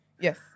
Yes